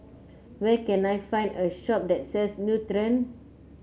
where can I find a shop that sells Nutren